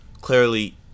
clearly